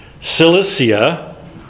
Cilicia